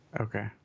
Okay